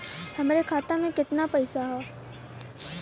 हमरे खाता में कितना पईसा हौ?